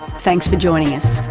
thanks for joining us